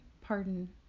pardon